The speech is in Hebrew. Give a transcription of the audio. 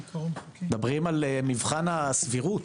מדברים על מבחן הסבירות.